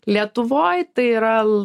lietuvoj tai yra